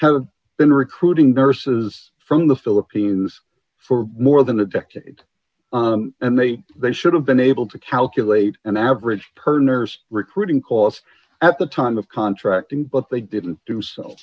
have been recruiting verses from the philippines for more than a decade and they they should have been able to calculate an average per nurse recruiting cost at the time of contracting but they didn't do so